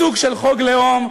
סוג של חוק לאום,